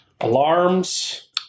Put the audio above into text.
Alarms